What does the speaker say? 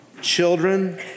Children